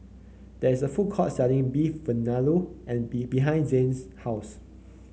there is a food court selling Beef Vindaloo and be behind Zain's house